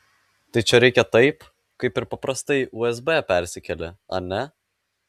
tai čia reikia taip kaip ir paprastai usb persikeli ar ne